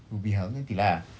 will be health nanti lah